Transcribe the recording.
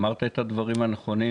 אמרת את הדברים הנכונים.